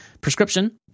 prescription